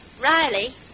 Riley